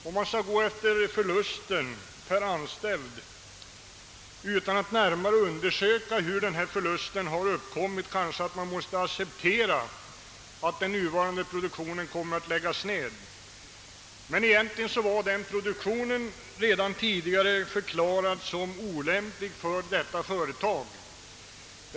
: Om man skall döma efter den uppkomna förlusten per anställd utan att samtidigt närmare undersöka hur den har uppkommit, måste man kanske acceptera en nedläggning av den nuvarande produktionen. Egentligen var denna produktion redan tidigare olämpligförklarad för detta företag.